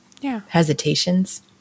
hesitations